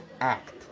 act